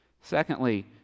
Secondly